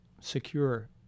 secure